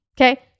Okay